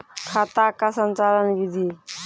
खाता का संचालन बिधि?